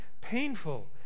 painful